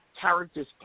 characters